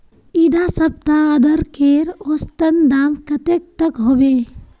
इडा सप्ताह अदरकेर औसतन दाम कतेक तक होबे?